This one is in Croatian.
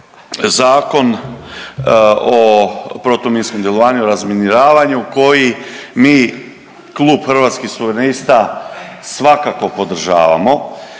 Zakon o protuminskom djelovanju i razminiravaju koji mi klub Hrvatskih suverenista svakako podržavamo